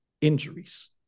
injuries